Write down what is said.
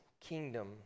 kingdom